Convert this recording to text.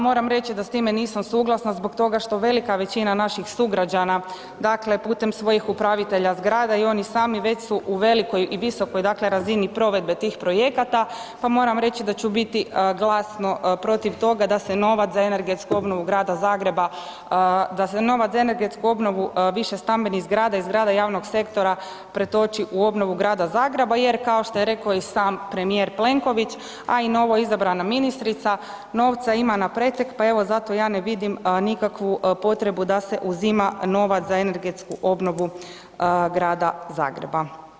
Moram reći da s time nisam suglasna zbog toga što velika većina naših sugrađana, dakle putem svojih upravitelja zgrada i oni sami već su u velikoj i visokoj dakle razini provedbe tih projekata pa moram reći da ću biti glasno protiv toga da se novac za energetsku obnovu Gradu Zagreba, da se novac za energetsku obnovu višestambenih zgrada i zgrada javnog sektora pretoči u obnovu Grada Zagreba jer kao što je rekao i sam premijer Plenković, a i novoizabrana ministrica novca ima na pretek, pa evo zato je ne vidim nikakvu potrebu da se uzima novac za energetsku obnovu Grada Zagreba.